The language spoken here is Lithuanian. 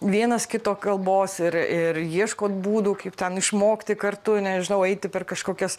vienas kito kalbos ir ir ieškot būdų kaip ten išmokti kartu nežinau eiti per kažkokias